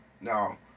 Now